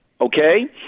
okay